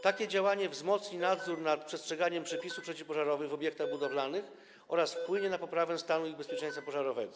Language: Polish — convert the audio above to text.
Takie działanie wzmocni nadzór nad przestrzeganiem przepisów przeciwpożarowych w obiektach budowlanych oraz wpłynie na poprawę ich stanu bezpieczeństwa pożarowego.